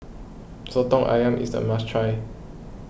Soto Ayam is a must try